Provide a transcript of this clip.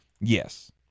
Yes